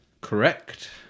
Correct